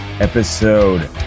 episode